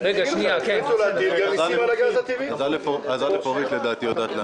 אורית פרקש הכהן לדעתי יודעת לענות.